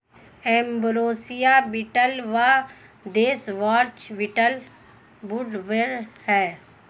ambrosia beetle व deathwatch beetle woodworm हैं